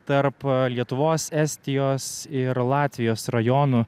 tarp lietuvos estijos ir latvijos rajonų